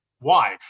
wife